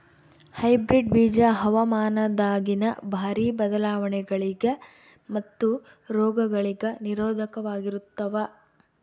hybrid ಬೀಜ ಹವಾಮಾನದಾಗಿನ ಭಾರಿ ಬದಲಾವಣೆಗಳಿಗ ಮತ್ತು ರೋಗಗಳಿಗ ನಿರೋಧಕವಾಗಿರುತ್ತವ